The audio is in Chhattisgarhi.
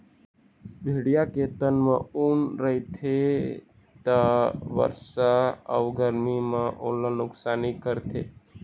भेड़िया के तन म ऊन रहिथे त बरसा अउ गरमी म ओला नुकसानी करथे